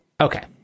okay